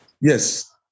yes